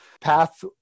Path